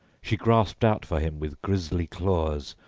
she grasped out for him with grisly claws,